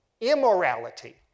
immorality